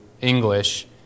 English